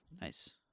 Nice